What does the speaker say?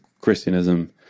Christianism